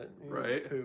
Right